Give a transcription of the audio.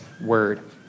word